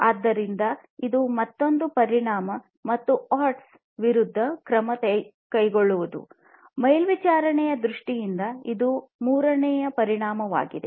ಆದ್ದರಿಂದ ಇದು ಮತ್ತೊಂದು ಪರಿಣಾಮ ಮತ್ತು ಪ್ರತೀಕೂಲದ ವಿರುದ್ಧ ಕ್ರಮ ತೆಗೆದುಕೊಳ್ಳುವುದು ಮೇಲ್ವಿಚಾರಣೆಯ ದೃಷ್ಟಿಯಿಂದ ಇದು ಮೂರನೇ ಪರಿಣಾಮವಾಗಿದೆ